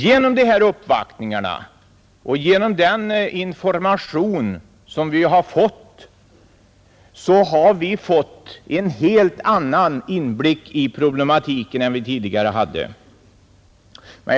Genom uppvaktningarna och genom den information som lämnats oss har vi fått en helt annan inblick i problematiken än vi tidigare hade.